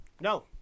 No